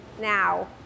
now